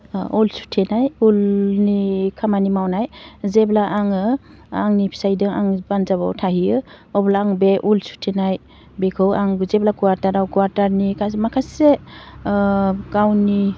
उल सुथेनाय उलनि खामानि मावनाय जेब्ला आङो आंनि फिसाइदो आं पान्जाबाव थाहैयो अब्ला आ बे उल सुथेनाय बेखौ आंबो जेब्ला कवाटाराव कवाटारनि गाज माखासे गावनि